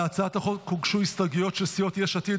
להצעת החוק הוגשו הסתייגויות של סיעות יש עתיד,